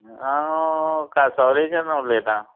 हांव कासवरीच्यान उलयतां